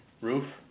Roof